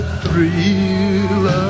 thrill